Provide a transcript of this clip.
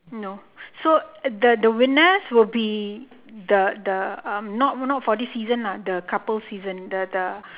no so the the winners will be the the um not not for this season the couple season the the